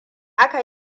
aka